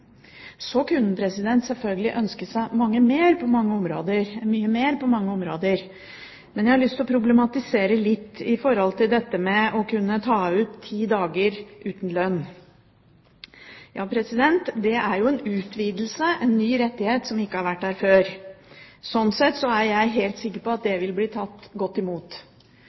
Så kunne en sjølsagt ønsket seg mye mer på mange områder, men jeg har lyst til å problematisere litt i forhold til det å kunne ta ut ti dager uten lønn. Ja, det er jo en utvidelse, en ny rettighet som ikke har vært der før. Slik sett er jeg helt sikker på at det vil bli tatt godt imot.